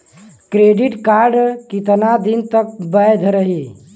Credit card कितना दिन तक वैध रही?